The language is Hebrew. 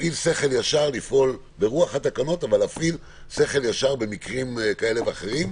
לפעול ברוח התקנות אבל להפעיל שכל ישר במקרים מסוימים,